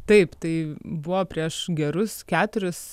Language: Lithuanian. taip tai buvo prieš gerus keturis